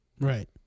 right